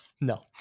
No